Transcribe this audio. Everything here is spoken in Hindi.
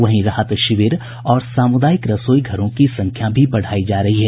वहीं राहत शिविर और सामुदायिक रसोई घरों की संख्या भी बढ़ाई जा रही है